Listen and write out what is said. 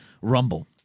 Rumble